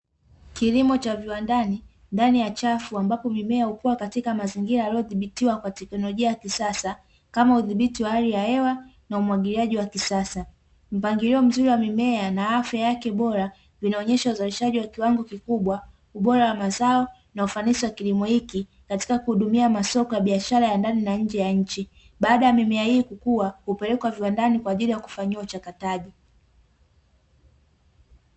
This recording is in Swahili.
Kilimo cha viwandani ndani ya chafu ambapo mimea hukua katika mazingira yaliyodhibitiwa na teknolojia ya kisasa, kama udhibiti wa hali ya hewa na umwagiliaji wa kisasa. Mpangilio mzuri wa mimea na afya yake bora vinaonyesha uzalishaji wa kiwango kikubwa, ubora wa mazao na ufanisi wa kilimo hiki katika kuhudumia masoko ya biashara ya ndani na nje ya nchi. Baada ya mimea hii kukua, hupelekwa ndani kwa ajili ya kufanyiwa uchakataji.